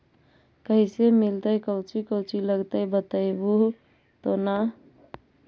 कैसे मिलतय कौची कौची लगतय बतैबहू तो न?